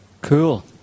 Cool